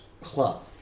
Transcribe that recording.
club